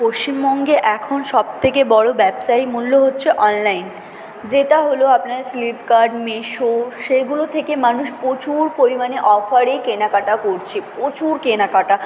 পশ্চিমবঙ্গে এখন সব থেকে বড়ো ব্যবসায়ী মূল্য হচ্ছে অললাইন যেটা হল আপনার ফ্লিপকার্ট মিশো সেগুলো থেকে মানুষ প্রচুর পরিমাণে অফারে কেনাকাটা করছে প্রচুর কেনাকাটা